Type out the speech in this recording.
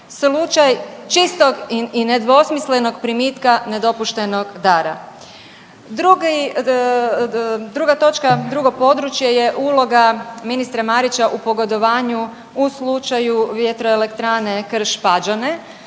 slučaj čistog i nedvosmislenog primitka nedopuštenog dara. Drugi, druga točka, drugo područje je uloga ministra Marića u pogodovanju u slučaju vjetroelektrane Krš-Pađene